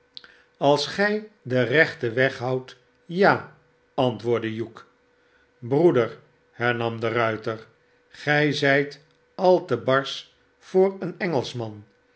als gij den rechten weg houdt ja antwoordde hugh broeder hernam de ruiter gij zijt al te barsch voor een engelschman